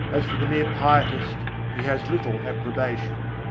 as for the mere pietist, he has little approbation.